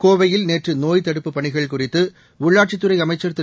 கோவையில் நேற்றுநோய்த் தடுப்புப் பணிகள் குறித்துஉள்ளாட்சித் துறைஅமைச்சர் திரு